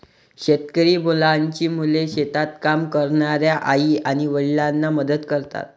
शेतकरी मुलांची मुले शेतात काम करणाऱ्या आई आणि वडिलांना मदत करतात